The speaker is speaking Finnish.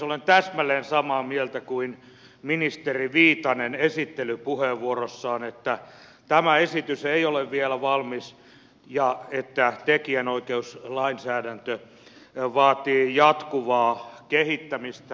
olen täsmälleen samaa mieltä kuin ministeri viitanen esittelypuheenvuorossaan että tämä esitys ei ole vielä valmis ja että tekijänoikeuslainsäädäntö vaatii jatkuvaa kehittämistä